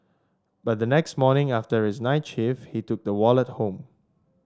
but the next morning after his night shift he took the wallet home